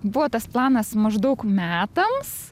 buvo tas planas maždaug metams